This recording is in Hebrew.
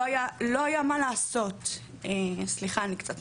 הרגשתי שלא היה מה לעשות.